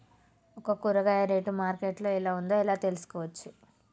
ఒక కూరగాయ rate market లో ఎలా ఉందో ఎలా తెలుసుకోవచ్చు?